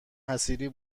حصیری